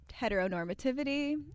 heteronormativity